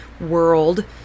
world